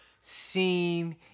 seen